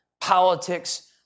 Politics